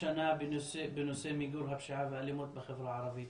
השנה בנושא מיגור הפשיעה והאלימות בחברה הערבית.